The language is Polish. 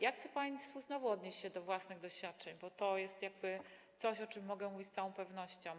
Ja chcę znowu odnieść się do własnych doświadczeń, bo to jest jakby coś, o czym mogę mówić z całą pewnością.